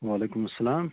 وعلیکُم اسلام